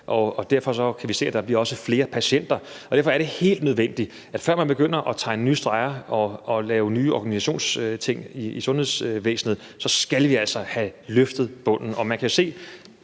og derfor kan vi se, at der også bliver flere patienter. Derfor er det helt nødvendigt, at vi altså, før man begynder at tegne ny streger og lave nye organisationsting i sundhedsvæsenet, skal have løftet bunden. Man kan se